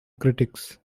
critics